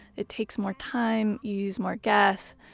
it takes more time, you use more gas.